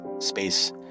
Space